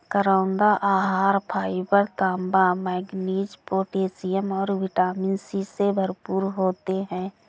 करौंदा आहार फाइबर, तांबा, मैंगनीज, पोटेशियम और विटामिन सी से भरपूर होते हैं